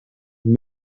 een